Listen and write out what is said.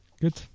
Good